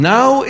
Now